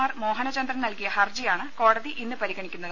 R Mohanachandran നൽകിയ ഹർജിയാണ് കോടതി ഇന്ന് പരിഗണിക്കുന്നത്